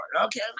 Okay